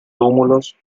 túmulos